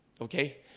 Okay